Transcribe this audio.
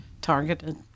targeted